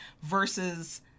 versus